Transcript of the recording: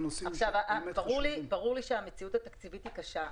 ברור לי שהמציאות התקציבית היא קשה,